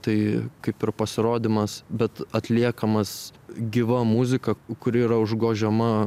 tai kaip ir pasirodymas bet atliekamas gyva muzika kuri yra užgožiama